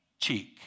cheek